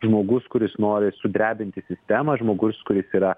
žmogus kuris nori sudrebinti sistemą žmogus kuris yra